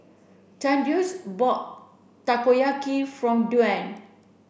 Thaddeus bought Takoyaki from Dwan